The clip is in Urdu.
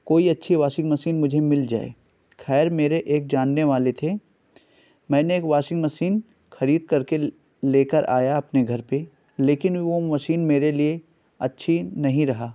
کوئی اچّھی واشنگ مشین مجھے مل جائے خیر میرے ایک جاننے والے تھے میں نے ایک واشنگ مشین خرید کر کے لے کر آیا اپنے گھر پہ لیکن وہ مشین میرے لیے اچھی نہیں رہا